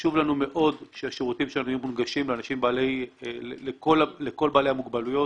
חשוב לנו מאוד שהשירותים שלנו יהיו מונגשים לכל בעלי המוגבלויות.